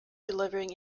delivering